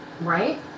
right